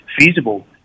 feasible